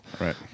Right